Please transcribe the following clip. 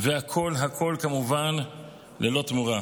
והכול, הכול כמובן ללא תמורה,